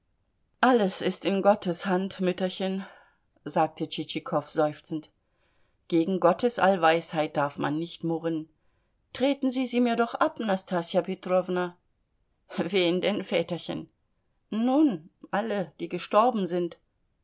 alles ist in gottes hand mütterchen sagte tschitschikow seufzend gegen gottes allweisheit darf man nicht murren treten sie sie mir doch ab nastassja petrowna wen denn väterchen nun alle die gestorben sind